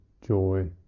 joy